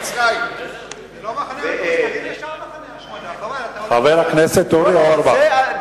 תגיד ישר "מחנה השמדה" חבר הכנסת אורי אורבך,